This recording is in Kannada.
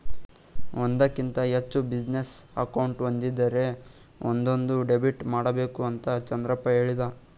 ಒಂದಕ್ಕಿಂತ ಹೆಚ್ಚು ಬಿಸಿನೆಸ್ ಅಕೌಂಟ್ ಒಂದಿದ್ದರೆ ಒಂದೊಂದು ಡೆಬಿಟ್ ಮಾಡಬೇಕು ಅಂತ ಚಂದ್ರಪ್ಪ ಹೇಳಿದ